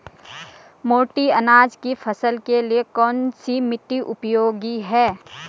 मोटे अनाज की फसल के लिए कौन सी मिट्टी उपयोगी है?